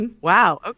Wow